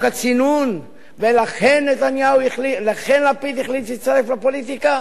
הצינון ולכן לפיד החליט להצטרף לפוליטיקה?